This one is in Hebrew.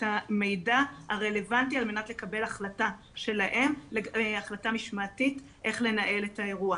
המידע הרלוונטי על מנת לקבל החלטה משמעית איך לנהל את האירוע,